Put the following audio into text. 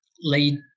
lead